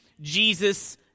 Jesus